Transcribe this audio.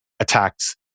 attacks